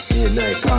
Midnight